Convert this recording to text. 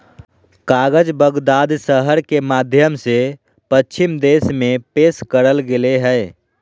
कागज बगदाद शहर के माध्यम से पश्चिम देश में पेश करल गेलय हइ